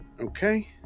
Okay